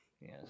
Yes